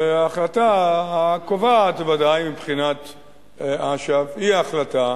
וההחלטה הקובעת, בוודאי מבחינת אש"ף, היא ההחלטה